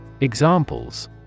Examples